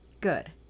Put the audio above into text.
Good